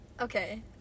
Okay